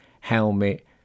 helmet